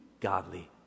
godly